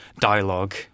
dialogue